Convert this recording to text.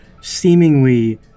seemingly